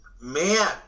Man